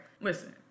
listen